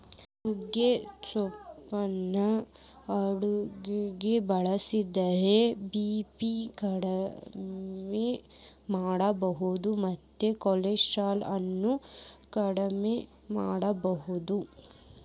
ನುಗ್ಗಿ ತಪ್ಪಲಾನ ಅಡಗ್ಯಾಗ ಬಳಸೋದ್ರಿಂದ ಬಿ.ಪಿ ಕಂಟ್ರೋಲ್ ಮಾಡಬೋದು ಮತ್ತ ಕೊಲೆಸ್ಟ್ರಾಲ್ ಅನ್ನು ಅಕೆಡಿಮೆ ಮಾಡಬೋದು